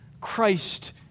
Christ